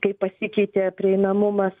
kaip pasikeitė prieinamumas